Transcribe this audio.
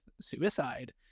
suicide